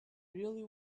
really